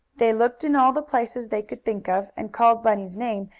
they looked in all the places they could think of, and called bunny's name,